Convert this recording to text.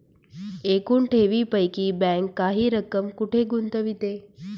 एकूण ठेवींपैकी बँक काही रक्कम कुठे गुंतविते?